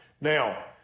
Now